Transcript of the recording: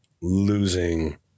losing